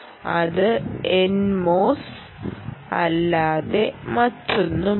അത് N MOS അല്ലാതെ മറ്റൊന്നുമല്ല